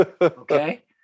Okay